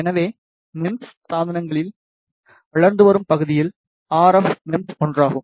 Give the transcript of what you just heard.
எனவே மெம்ஸ் சாதனங்களில் வளர்ந்து வரும் பகுதியில் ஆர்எஃப் மெம்ஸ் ஒன்றாகும்